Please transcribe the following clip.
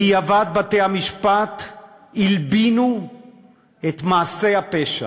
בדיעבד בתי-המשפט הלבינו את מעשי הפשע.